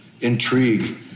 intrigue